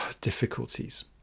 difficulties